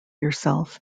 yourself